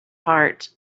heart